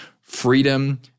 freedom